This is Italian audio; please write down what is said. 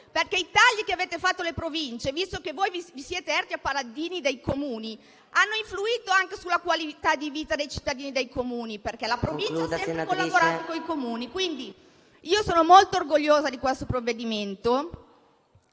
Perché i tagli che avete fatto alle Province, visto che vi siete erti a paladini dei Comuni, hanno influito anche sulla qualità di vita dei cittadini dei Comuni, perché le Province hanno sempre collaborato con i Comuni. Io sono molto orgogliosa di questo provvedimento